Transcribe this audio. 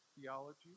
theology